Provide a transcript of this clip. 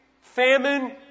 famine